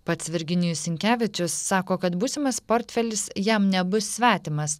pats virginijus sinkevičius sako kad būsimas portfelis jam nebus svetimas